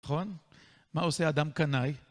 נכון? מה עושה אדם קנאי?